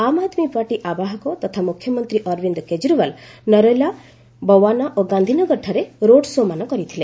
ଆମ୍ Aadmi party ଆବାହକ ତଥା ମ୍ରଖ୍ୟମନ୍ତ୍ରୀ ଅରବିନ୍ଦ କେଜରିୱାଲ୍ ନରେଲା ବଓ୍ୱାନା ଓ ଗାନ୍ଧିନଗରଠାରେ ରୋଡ୍ ଶୋ'ମାନ କରିଥିଲେ